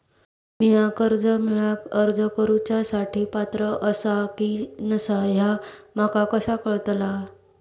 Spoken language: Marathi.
म्या कर्जा मेळाक अर्ज करुच्या साठी पात्र आसा की नसा ह्या माका कसा कळतल?